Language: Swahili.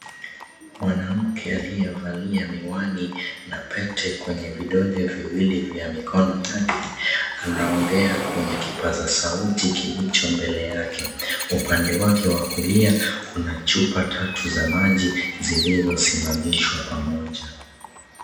Mwanamke aliyevalia miwani na pete kwenye vidole viwili vya mikono yake anaongea kwenye kipaza sauti kilicho mbele yake. Upande wake wa kulia kuna chupa tatu za maji zilizosimamishwa pamoja.